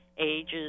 ages